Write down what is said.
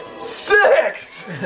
Six